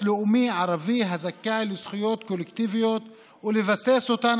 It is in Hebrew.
לאומי ערבי הזכאי לזכויות קולקטיביות ולבסס אותן